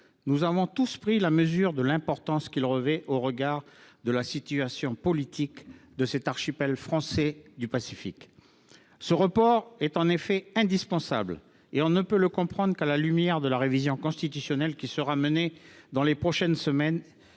nous avons tous pris la mesure de l’importance que ce texte revêt au regard de la situation politique de cet archipel français du Pacifique. Ce report est en effet indispensable et nous ne pouvons le comprendre qu’à la lumière de la révision constitutionnelle qui interviendra dans les prochaines semaines